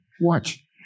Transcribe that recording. Watch